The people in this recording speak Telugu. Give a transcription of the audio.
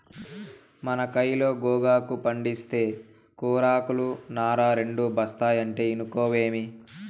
మన కయిలో గోగాకు పంటేస్తే కూరాకులు, నార రెండూ ఒస్తాయంటే ఇనుకోవేమి